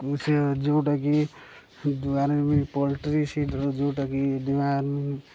କୁ ସେ ଯେଉଁଟାକି ପୋଲଟ୍ରି ସେ ଯେଉଁଟାକି ଡିମାଣ୍ଡ